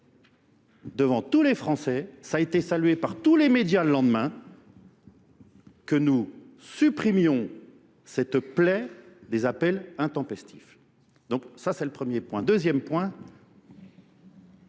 devant tous les Français, ça a été salué par tous les médias le lendemain, que nous supprimions cette plaie des appels intempestifs. Donc, ça, c'est le premier point. Deuxième point,